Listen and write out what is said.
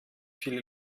viele